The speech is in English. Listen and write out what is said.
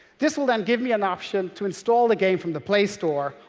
this will then give me an option to install the game from the play store,